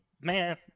man